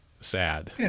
sad